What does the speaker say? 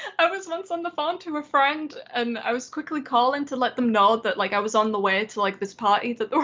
i was once on the phone to a friend and i was quickly calling to let them know that like i was on the way to like this party that they were